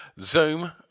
Zoom